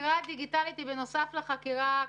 החקירה הדיגיטלית היא בנוסף לחקירה,